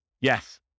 Yes